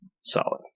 solid